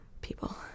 People